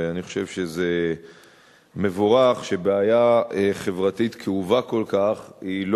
ואני חושב שזה מבורך שבעיה חברתית כאובה כל כך לא